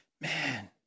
man